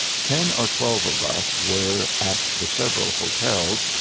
ten or twelve of us were, at the several hotels,